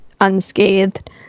unscathed